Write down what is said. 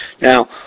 Now